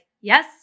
yes